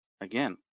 Again